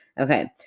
Okay